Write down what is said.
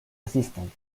assistant